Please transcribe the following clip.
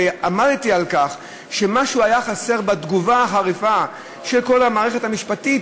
ועמדתי על כך שמשהו היה חסר בתגובה החריפה של כל המערכת המשפטית: